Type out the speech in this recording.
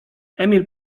emil